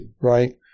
right